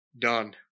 done